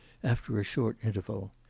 after a short interval.